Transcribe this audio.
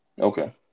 Okay